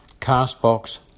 Castbox